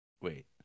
wait